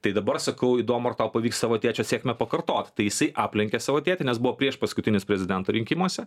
tai dabar sakau įdomu ar tau pavyks savo tėčio sėkmę pakartot tai jisai aplenkė savo tėtį nes buvo priešpaskutinis prezidento rinkimuose